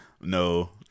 No